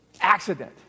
accident